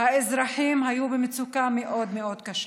האזרחים היו במצוקה מאוד מאוד קשה.